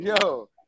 yo